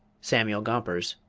samuel gompers,